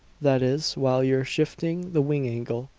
that is, while you're shifting the wing-angle.